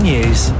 News